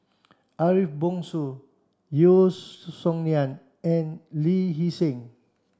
Ariff Bongso Yeo Song Nian and Lee Hee Seng